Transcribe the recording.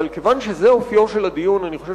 אבל כיוון שזה אופיו של הדיון אני חושב